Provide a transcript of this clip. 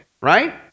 right